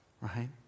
right